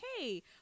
Hey